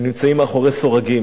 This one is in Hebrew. הם נמצאים מאחורי סורגים.